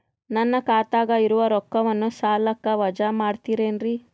ನನ್ನ ಖಾತಗ ಇರುವ ರೊಕ್ಕವನ್ನು ಸಾಲಕ್ಕ ವಜಾ ಮಾಡ್ತಿರೆನ್ರಿ?